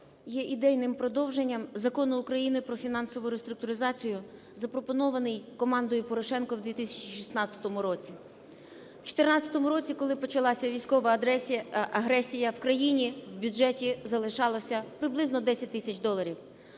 є ідейним продовженням Закону України "Про фінансову реструктуризацію", запропонований командою Порошенка в 2016 році. В 2014 році, коли почалася військова агресія в Україні, в бюджеті залишалося приблизно 10 тисяч доларів.